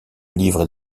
livres